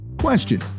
Question